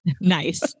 Nice